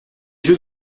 jeux